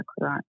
right